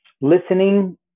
listening